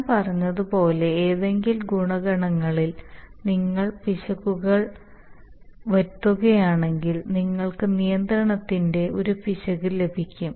ഞാൻ പറഞ്ഞതുപോലെ ഏതെങ്കിലും ഗുണകങ്ങളിൽ നിങ്ങൾ പിശകുകൾ വരുത്തുകയാണെങ്കിൽ നിങ്ങൾക്ക് നിയന്ത്രണത്തിൽ ഒരു പിശക് ലഭിക്കും